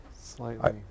slightly